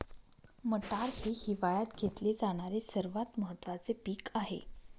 मटार हे हिवाळयात घेतले जाणारे सर्वात महत्त्वाचे पीक आहे